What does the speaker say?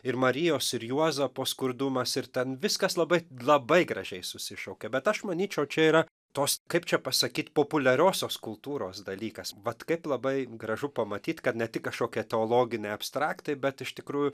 ir marijos ir juozapo skurdumas ir ten viskas labai labai gražiai susišaukia bet aš manyčiau čia yra toks kaip čia pasakyt populiariosios kultūros dalykas vat kaip labai gražu pamatyt kad ne tik kažkokie teologiniai abstraktai bet iš tikrųjų